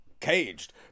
caged